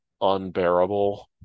unbearable